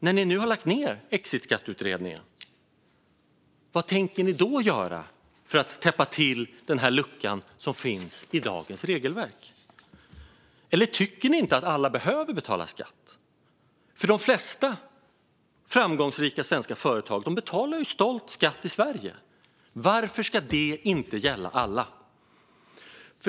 När ni nu har lagt ned exitskatteutredningen, vad tänker ni då göra för att täppa till denna lucka i dagens regelverk? Eller tycker ni inte att alla behöver betala skatt? De flesta framgångsrika svenska företag betalar ju stolt skatt i Sverige. Varför ska det inte gälla alla?